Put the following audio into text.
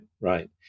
right